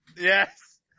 Yes